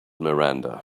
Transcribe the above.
miranda